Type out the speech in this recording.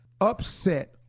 Upset